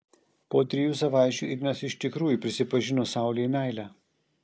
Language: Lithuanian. po trijų savaičių ignas iš tikrųjų prisipažino saulei meilę